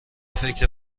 فکر